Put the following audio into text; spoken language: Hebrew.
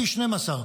פי 12,